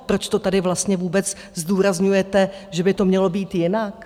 Proč to tady vlastně zdůrazňujete, že by to mělo být jinak?